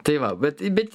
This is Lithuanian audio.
tai va bet bet